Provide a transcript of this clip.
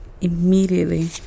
Immediately